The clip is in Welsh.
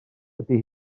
ydy